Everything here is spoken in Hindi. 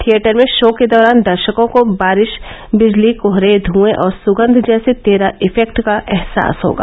थिएटर में शो के दौरान दर्शकों को बारिश विजली कोहरे धुएं और सुगंध जैसे तेरह इफेक्ट का अहसास होगा